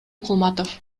кулматов